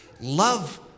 love